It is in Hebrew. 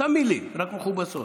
אותן מילים, רק מכובסות.